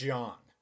John